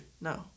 no